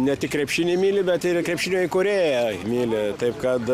ne tik krepšinį myli bet ir krepšinio įkūrėją myli taip kad